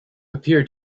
appeared